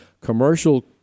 commercial